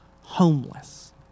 homeless